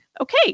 okay